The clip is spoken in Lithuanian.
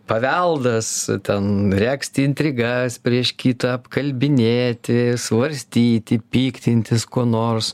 paveldas ten regzti intrigas prieš kitą apkalbinėti svarstyti piktintis kuo nors